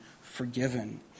forgiven